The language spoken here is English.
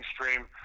mainstream